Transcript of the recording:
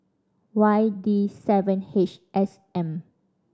Y D seven H S M